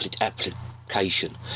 application